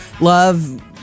love